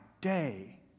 day